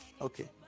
okay